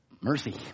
Mercy